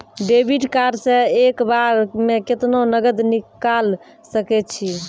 Debit card से एक बार मे केतना नगद निकाल सके छी?